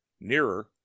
Nearer